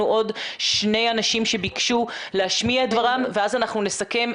עוד שני אנשים שביקשו להשמיע את דברם ואז נסכם,